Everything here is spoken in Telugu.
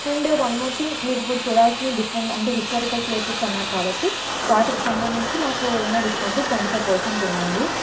అండ్ వన్ మోర్ థింగ్ మీరు ఇప్పుడు చూడాల్సినవి డిఫరెంట్ అంటే హిస్టారికల్ ప్లేసెస్ అన్నారు కాబట్టి వాటికి సంబంధించి మాకు ఉన్న డిస్కౌంట్ ట్వంటీ ఫైవ్ పర్సంట్ ఉందండి